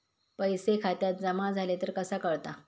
पैसे खात्यात जमा झाले तर कसा कळता?